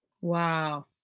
Wow